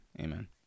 Amen